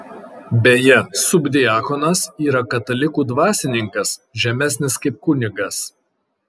beje subdiakonas yra katalikų dvasininkas žemesnis kaip kunigas